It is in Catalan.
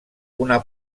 una